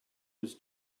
was